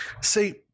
See